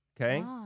Okay